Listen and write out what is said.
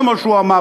כמו שהוא אמר,